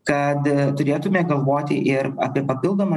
kad turėtume galvoti ir apie papildomą